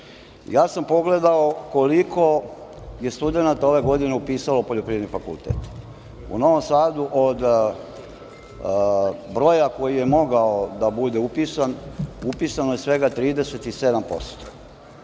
sam pogledao koliko je studenata ove godine upisalo poljoprivredni fakultet. U Novom Sadu od broja koji je mogao da bude upisan, upisano je svega 37%.